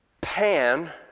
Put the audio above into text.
Pan